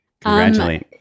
congratulate